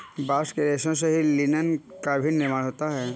bast के रेशों से ही लिनन का भी निर्माण होता है